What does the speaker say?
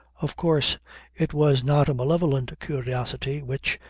of course it was not a malevolent curiosity which,